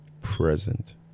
present